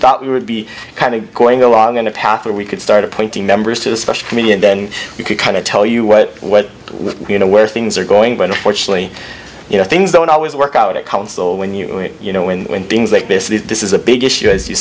thought we would be kind of going along on a path where we could start appointing members to the special committee and then you could kind of tell you what what you know where things are going but unfortunately you know things don't always work out at council when you you know when things like this this is a big issue as you